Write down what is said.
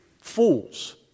Fools